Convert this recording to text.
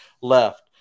left